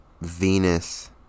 Venus